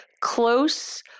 close